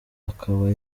akaba